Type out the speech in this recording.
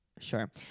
sure